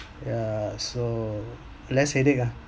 yeah so less headache ah